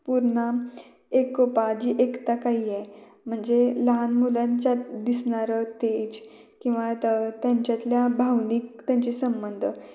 पुन्हा एकोपा जी एकता काही आहे म्हणजे लहान मुलांच्यात दिसणारं तेज किंवा त त्यांच्यातल्या भावनिक त्यांचे संबंध